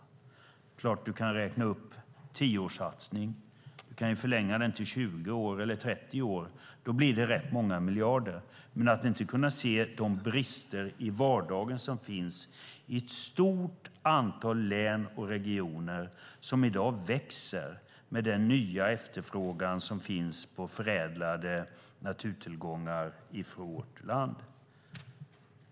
Det är klart att man kan räkna upp tioårssatsningar. Man kan förlänga dem till 20 eller 30 år. Då blir det rätt många miljarder. Men man ser inte de brister i vardagen som finns i ett stort antal län och regioner som i dag växer med den nya efterfrågan som finns på förädlade naturtillgångar i vårt land.